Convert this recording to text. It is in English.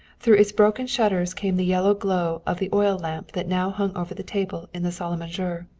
through its broken shutters came the yellow glow of the oil lamp that now hung over the table in the salle a manger.